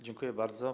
Dziękuję bardzo.